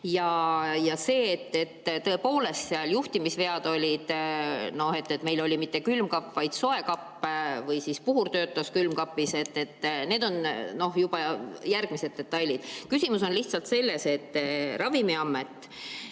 Ja need, et tõepoolest seal olid juhtimisvead ja et meil oli mitte külmkapp, vaid soekapp, puhur töötas külmkapis, on juba järgmised detailid. Küsimus on lihtsalt selles, et Ravimiametil